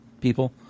people